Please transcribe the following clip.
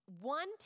One